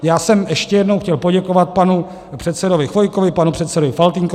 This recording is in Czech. Já jsem ještě jednou chtěl poděkovat panu předsedovi Chvojkovi, panu předsedovi Faltýnkovi.